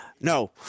No